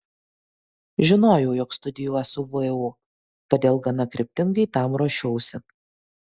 žinojau jog studijuosiu vu todėl gana kryptingai tam ruošiausi